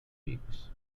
weeks